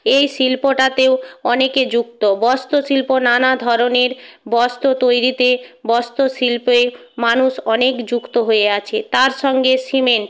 এই শিল্পটাতেও অনেকে যুক্ত বস্ত্র শিল্প নানা ধরনের বস্ত্র তৈরিতে বস্ত্র শিল্পে মানুষ অনেক যুক্ত হয়ে আছে তার সঙ্গে সিমেন্ট